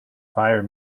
fire